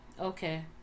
okay